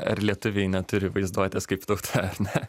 ar lietuviai neturi vaizduotės kaip tauta ar ne